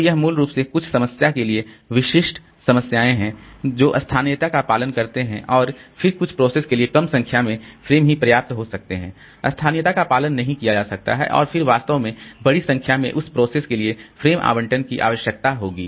तो यह मूल रूप से कुछ समस्या के लिए विशिष्ट समस्याएं हैं जो स्थानीयता का पालन करते हैं और फिर कुछ प्रोसेस के लिए कम संख्या में फ्रेम ही पर्याप्त हो सकते हैं स्थानीयता का पालन नहीं किया जा सकता है और फिर वास्तव में बड़ी संख्या में उस प्रोसेस के लिए फ्रेम आवंटन की आवश्यकता होगी